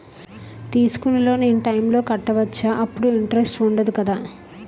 తీసుకున్న loan in time లో కట్టవచ్చ? అప్పుడు ఇంటరెస్ట్ వుందదు కదా?